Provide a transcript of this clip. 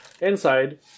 inside